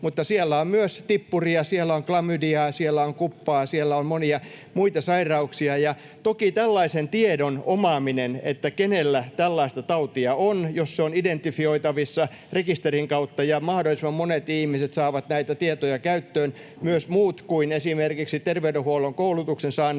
mutta siellä on myös tippuria, siellä on klamydiaa, siellä on kuppaa, siellä on monia muita sairauksia. Ja toki tällaisen tiedon omaaminen, että kenellä tällaista tautia on — jos se on identifioitavissa rekisterin kautta ja mahdollisimman monet ihmiset saavat näitä tietoja käyttöön, myös muut kuin esimerkiksi terveydenhuollon koulutuksen saaneet,